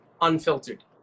unfiltered